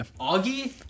Augie